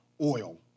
oil